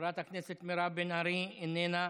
חברת הכנסת מירב בן ארי, איננה,